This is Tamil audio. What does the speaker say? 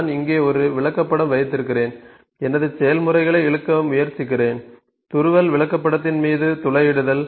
நான் இங்கே ஒரு விளக்கப்படம் வைத்திருக்கிறேன் எனது செயல்முறைகளை இழுக்க முயற்சிக்கிறேன் துருவல் விளக்கப்படத்தின் மீது துளையிடுதல்